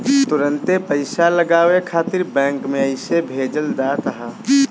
तुरंते पईसा लगावे खातिर बैंक में अइसे भेजल जात ह